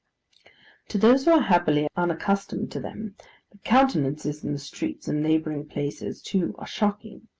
to those who are happily unaccustomed to them, the countenances in the streets and labouring-places, too, are shocking.